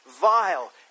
vile